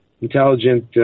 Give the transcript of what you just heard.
intelligent